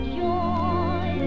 joy